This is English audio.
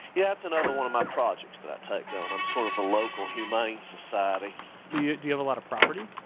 yeah that's another one of my projects that i take on. i'm sort of the local humane society do you have a lot of property?